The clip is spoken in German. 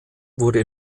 wurde